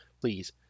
Please